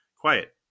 quiet